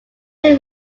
true